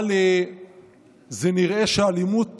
אבל נראה שהאלימות